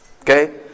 Okay